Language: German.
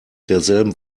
derselben